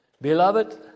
Beloved